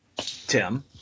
Tim